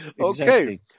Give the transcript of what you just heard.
Okay